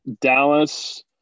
Dallas